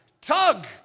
tug